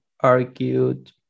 argued